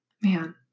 man